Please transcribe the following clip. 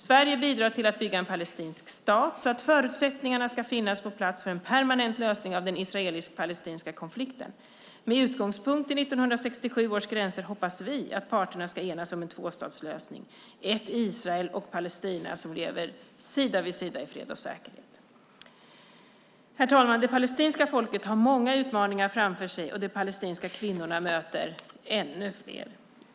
Sverige bidrar till att bygga en palestinsk stat, så att förutsättningarna ska finnas på plats för en permanent lösning av den israelisk/palestinska konflikten. Med utgångspunkt i 1967 års gränser hoppas vi att parterna ska enas om en tvåstatslösning; ett Israel och Palestina som lever sida vid sida i fred och säkerhet. Herr talman! Det palestinska folket har många utmaningar framför sig, och de palestinska kvinnorna möter ännu fler.